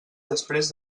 després